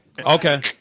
Okay